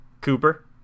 Cooper